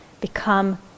become